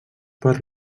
per